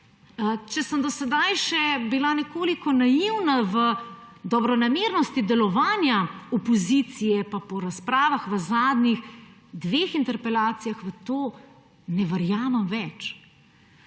Če sem do sedaj še bila nekoliko naivna o dobronamernosti delovanja opozicije, pa po razpravah v zadnjih dveh interpelacijah v to ne verjamem več.